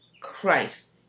Christ